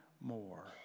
more